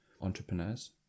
entrepreneurs